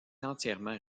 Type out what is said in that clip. entièrement